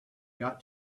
got